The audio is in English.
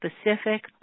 specific